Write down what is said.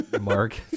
Mark